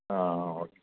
okay